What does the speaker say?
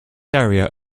area